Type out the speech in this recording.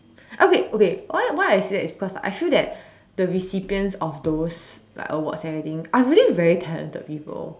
okay okay why why I say that is because I feel that the recipients of those like awards and everything are really very talented people